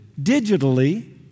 digitally